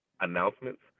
announcements